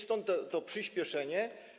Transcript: Stąd to przyspieszenie.